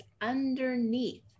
underneath